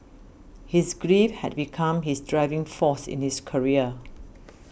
his grief had become his driving force in his career